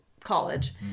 college